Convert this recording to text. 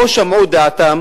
לא שמעו את דעתם